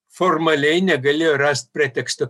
formaliai negali rast preteksto